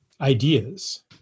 ideas